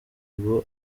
boo